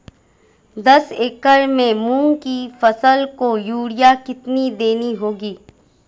दस एकड़ में मूंग की फसल को यूरिया कितनी देनी होगी?